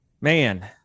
man